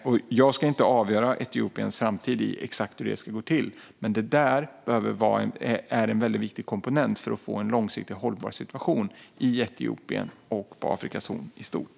Det är dock inte jag som ska avgöra Etiopiens framtid och exakt hur det här ska gå till, men det här är en väldigt viktig komponent för att få en långsiktig och hållbar situation i Etiopien och på Afrikas horn i stort.